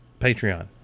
Patreon